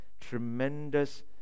tremendous